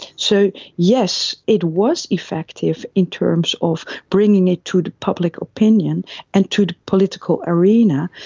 so yes, it was effective in terms of bringing it to the public opinion and to the political arena,